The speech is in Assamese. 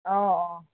অ' অ'